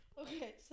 Okay